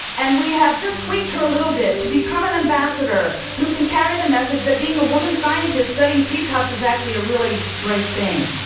and we have just tweaked her a little bit to become an ambassador who can carry the message that being a woman scientist studying treetops is actually a really great thing